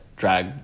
drag